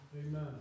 Amen